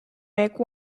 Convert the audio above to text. make